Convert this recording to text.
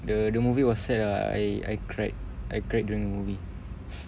the the movie was sad ah I I cried I cried during the movie